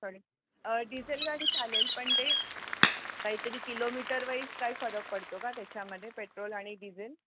sorry diesel गाडी चालेल पण ते कायतरी किलोमीटर वाईज काय फरक पडतो का त्याच्यामध्ये पेट्रोल आणि डिझेल